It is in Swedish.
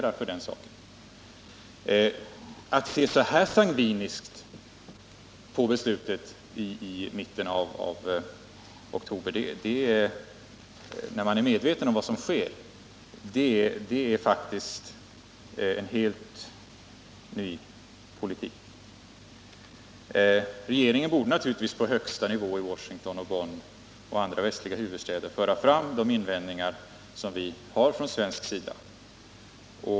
Att se så sangviniskt på beslutet i mitten av oktober, när man är medveten om vad som sker, är faktiskt en helt ny politik. Regeringen borde naturligtvis på högsta nivå i Washington, Bonn och andra västliga huvudstäder föra fram de invändningar som vi har från svensk sida.